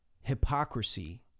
hypocrisy